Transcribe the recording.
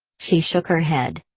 she shook her head.